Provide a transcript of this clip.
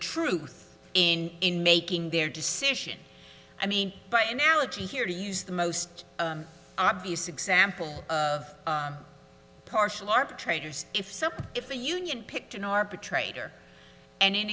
truth in making their decision i mean by analogy here to use the most obvious example of partial arbitrators if some if a union picked an arbitrator and